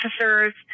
officers